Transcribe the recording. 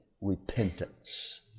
repentance